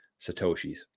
satoshis